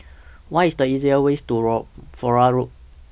What IS The easier ways to Flora Road